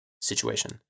situation